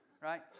right